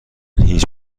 هیچ